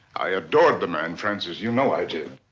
i adored the man, frances, you know i did.